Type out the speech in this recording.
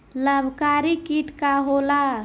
लाभकारी कीट का होला?